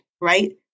right